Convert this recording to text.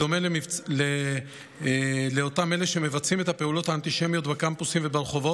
בדומה לאותם אלה שמבצעים את הפעולות האנטישמיות בקמפוסים וברחובות,